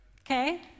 okay